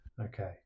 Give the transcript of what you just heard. Okay